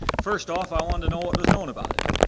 first off i wanted to know what was known about it.